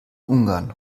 ungarn